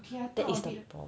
that is the problem